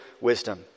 wisdom